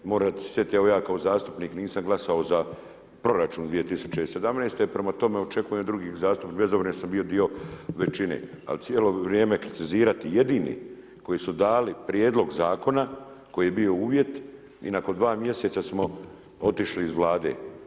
Morate se sjetiti evo ja kao zastupnik nisam glasao za proračun 2017., prema tome očekujem od drugih zastupnika, bez obzira što sam bio većine. ali cijelo vrijeme kritizirati jedini koji su dali prijedlog zakona koji je bio uvjet i nakon dva mjeseca smo otišli iz vlade.